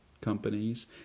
companies